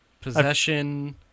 Possession